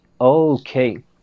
okay